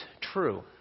true